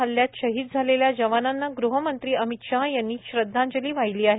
प्लवामा हल्ल्यात शहीद झालेल्या जवानांना गृहमंत्री अमित शहा यांनी श्रदधांजली वाहिली आहे